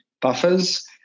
buffers